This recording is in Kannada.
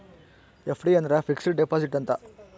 ಎಫ್.ಡಿ ಅಂದ್ರ ಫಿಕ್ಸೆಡ್ ಡಿಪಾಸಿಟ್ ಅಂತ